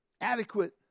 adequate